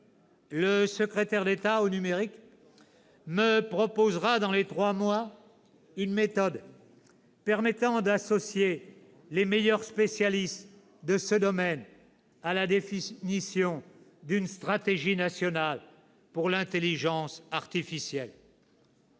Le secrétaire d'État au numérique me proposera dans les trois mois une méthode permettant d'associer les meilleurs spécialistes de ce domaine à la définition d'une stratégie nationale pour l'intelligence artificielle.